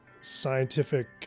scientific